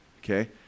okay